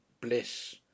bliss